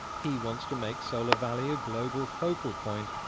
he wants to make solar valley a global focal point,